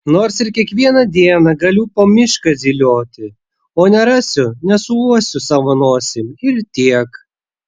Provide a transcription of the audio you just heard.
nors ir kiekvieną dieną galiu po mišką zylioti o nerasiu nesuuosiu savo nosim ir tiek